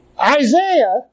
Isaiah